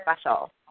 special